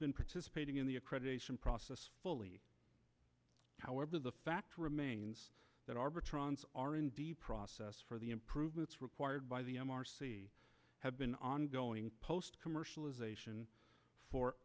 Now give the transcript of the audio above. been participating in the accreditation process fully however the fact remains that arbitron are in process for the improvements required by the m r have been ongoing post commercialization for